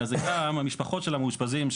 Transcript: אלא זה גם המשפחות של המאושפזים,